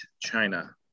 China